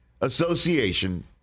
association